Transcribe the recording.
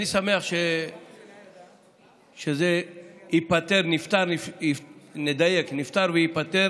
אני שמח שזה ייפתר, נפתר, נדייק: נפתר וייפתר,